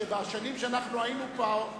בשנים שהיינו פה,